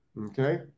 okay